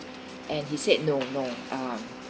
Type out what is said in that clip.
and he said no no um